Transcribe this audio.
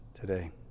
today